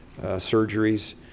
surgeries